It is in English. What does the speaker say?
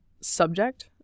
subject